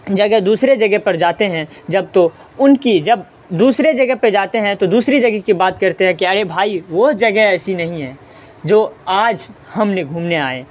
جگہ دوسرے جگہ پر جاتے ہیں جب تو ان کی جب دوسرے جگہ پہ جاتے ہیں تو دوسری جگہ کی بات کرتے ہیں کہ ارے بھائی وہ جگہ ایسی نہیں ہے جو آج ہم نے گھومنے آئے